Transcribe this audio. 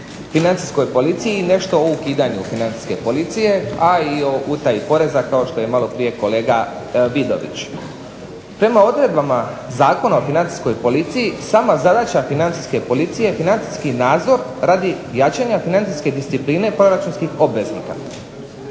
Financijskoj policiji i nešto o ukidanju Financijske policije, a i o utaji poreza kao što je malo prije kolega Vidović. Prema odredbama Zakona o Financijskoj policiji sama zadaća Financijske policije je financijski nadzor radi jačanja financijske discipline proračunskih obveznika,